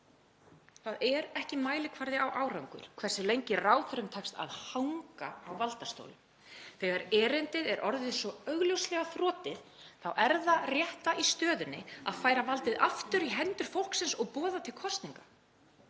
Það er ekki mælikvarði á árangur hversu lengi ráðherrum tekst að hanga á valdastólum. Þegar erindið er svo augljóslega þrotið þá er það rétta í stöðunni að færa valdið aftur í hendur fólksins með því að boða til kosninga.